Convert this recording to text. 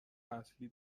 اصلی